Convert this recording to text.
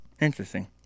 interesting